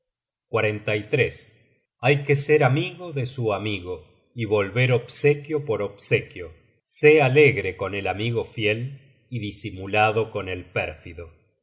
con el corazon hay que ser amigo de su amigo y volver obsequio por obsequio sé alegre con el amigo fiel y disimulado con el pérfido